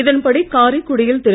இதன்படி காரைக்குடியில் திரு